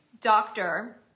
doctor